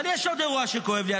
אבל יש עוד אירוע שכואב לי,